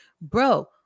bro